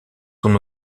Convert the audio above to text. son